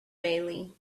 bailey